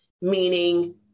meaning